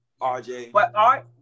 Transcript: RJ